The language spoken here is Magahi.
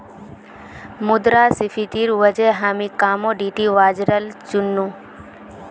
मुद्रास्फीतिर वजह हामी कमोडिटी बाजारल चुन नु